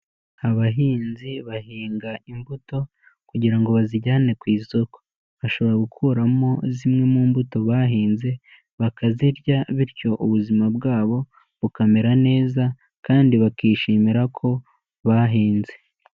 Abahinzi bahinga imbuto kugira ngo bazijyane ku isoko, bashobora gukuramo zimwe mu mbuto bahinze bakazirya bityo ubuzima bwabo bukamera neza kandi bakishimira ko bahinze.